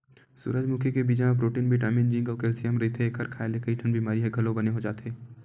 सूरजमुखी के बीजा म प्रोटीन बिटामिन जिंक अउ केल्सियम रहिथे, एखर खांए ले कइठन बिमारी ह घलो बने हो जाथे